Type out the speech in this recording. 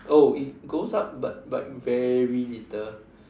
oh it goes up but but very little